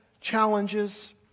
challenges